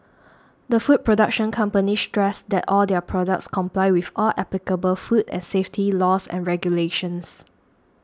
the food production company stressed that all their products comply with all applicable food and safety laws and regulations